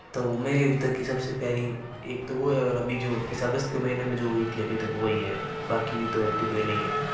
तो वो मेरी अभी तक की सबसे प्यारी एक तो वो है और अभी जो इस अगस्त के महीने में जो हुई थी अभी तक वो ही है बाकी तो इतनी कोई नहीं है